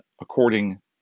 according